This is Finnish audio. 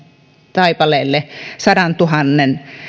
taipaleelleen sadantuhannen